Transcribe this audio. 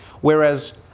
whereas